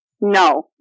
No